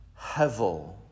Hevel